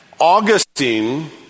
Augustine